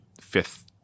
fifth